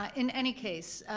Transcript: ah in any case,